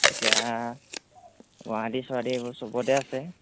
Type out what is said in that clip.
এতিয়া গুৱাহাটী ছোৱাহাটী এইবোৰ চবতে আছে